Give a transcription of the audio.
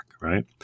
right